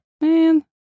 Man